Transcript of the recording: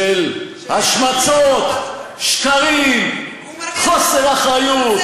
של השמצות, שקרים, חוסר אחריות,